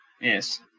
Yes